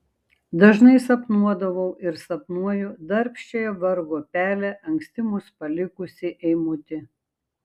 dažnai sapnuodavau ir sapnuoju darbščiąją vargo pelę anksti mus palikusį eimutį